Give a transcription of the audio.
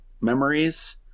memories